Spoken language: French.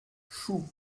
choux